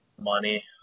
money